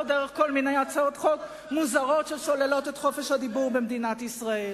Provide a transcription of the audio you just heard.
לא דרך כל מיני הצעות חוק מוזרות ששוללות את חופש הדיבור במדינת ישראל,